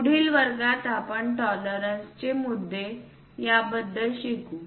पुढील वर्गातील आपण टॉलरन्सचे मुद्दे याबद्दल शिकू